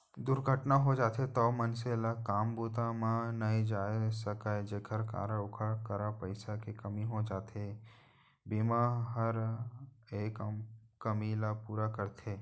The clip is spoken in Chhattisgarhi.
दुरघटना हो जाथे तौ मनसे ह काम बूता म नइ जाय सकय जेकर कारन ओकर करा पइसा के कमी हो जाथे, ए बीमा हर ए कमी ल पूरा करथे